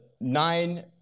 nine